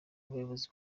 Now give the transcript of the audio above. ubuyobozi